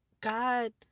God